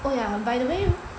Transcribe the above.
oh ya by the way